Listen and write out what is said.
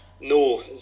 No